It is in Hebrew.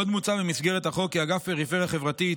עוד מוצע במסגרת החוק כי אגף פריפריה חברתית,